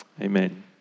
Amen